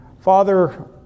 Father